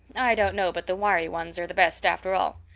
i don't know but the wiry ones are the best after all.